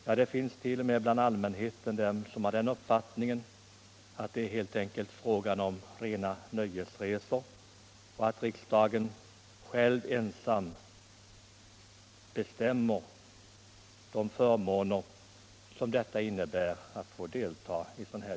Ja, det finns t.o.m. bland allmänheten personer som har den uppfattningen att det är fråga om rena nöjesresor, och man pekar på att riksdagen ensam bestämmer över den förmån som utskottsresorna innebär för deltagarna.